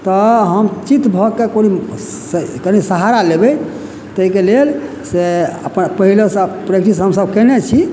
तऽ हम चित भऽके कोनो कनि सहारा लेबै ताहिके लेल से अपन पहिले सँ प्रैक्टिस हमसब केने छी